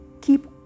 keep